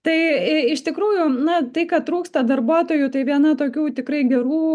tai iš tikrųjų na tai kad trūksta darbuotojų tai viena tokių tikrai gerų